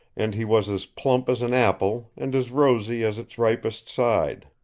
and he was as plump as an apple and as rosy as its ripest side.